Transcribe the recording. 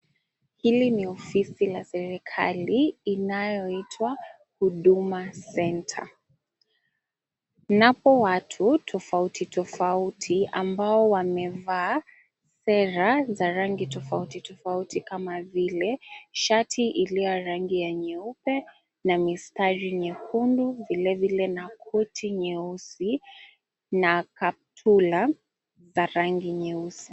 Hili ni ofisi la serikali inayoitwa Huduma Centre. Mnapo watu tofauti tofauti ambao wamevaa sera za rangi tofauti tofauti kama vile shati iliyo rangi ya nyeupe na mistari nyekundu, vilevile na koti nyeusi na kaptula za rangi nyeusi.